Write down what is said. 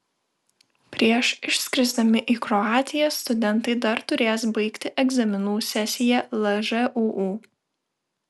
prieš išskrisdami į kroatiją studentai dar turės baigti egzaminų sesiją lžūu